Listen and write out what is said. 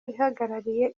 ihagarariye